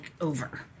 over